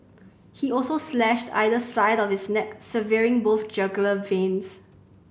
he also slashed either side of his neck severing both jugular veins